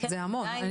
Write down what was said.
זה המון.